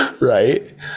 Right